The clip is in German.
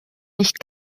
nicht